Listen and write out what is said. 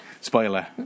Spoiler